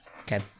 Okay